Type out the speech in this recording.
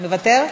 מוותר?